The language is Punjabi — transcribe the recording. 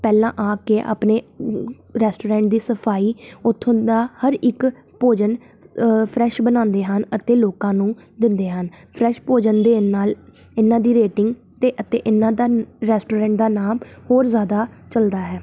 ਪਹਿਲਾਂ ਆ ਕੇ ਆਪਣੇ ਰੈਸਟੋਰੈਂਟ ਦੀ ਸਫ਼ਾਈ ਉੱਥੋਂ ਦਾ ਹਰ ਇੱਕ ਭੋਜਨ ਫਰੈਸ਼ ਬਣਾਉਂਦੇ ਹਨ ਅਤੇ ਲੋਕਾਂ ਨੂੰ ਦਿੰਦੇ ਹਨ ਫਰੈਸ਼ ਭੋਜਨ ਦੇਣ ਨਾਲ ਇਹਨਾਂ ਦੀ ਰੇਟਿੰਗ ਤੇ ਅਤੇ ਇਹਨਾਂ ਦਾ ਰੈਸਟੋਰੈਂਟ ਦਾ ਨਾਮ ਹੋਰ ਜ਼ਿਆਦਾ ਚੱਲਦਾ ਹੈ